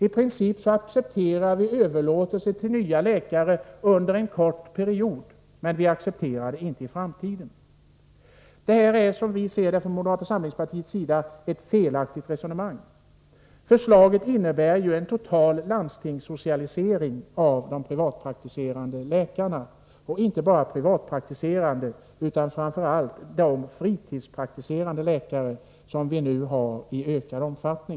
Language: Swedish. I princip accepterar vi överlåtelse till nya läkare under en kort period, men vi accepterar det inte i framtiden. Det här är, som vi ser det från moderata samlingspartiets sida, ett felaktigt resonemang. Förslaget innebär en total landstingssocialisering av de privatpraktiserande läkarna, och inte bara av de privatpraktiserande utan framför allt av de fritidspraktiserande läkare som vi har ett ökat antal av.